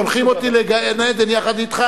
כששולחים אותי לגן-עדן יחד אתך,